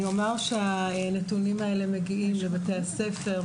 אני אומר שהנתונים האלה מגיעים לבית-הספר,